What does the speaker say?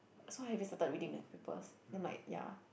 so have you started reading the papers then might ya